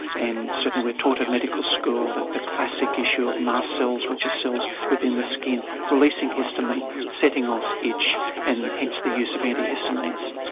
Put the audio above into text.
and certainly we are taught at medical school that the classic issue of mast cells, which are cells within the skin, releasing histamine, setting off itch and hence the use of antihistamines.